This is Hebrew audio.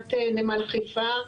חברת נמל חיפה,